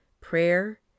prayer